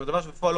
אדרבא.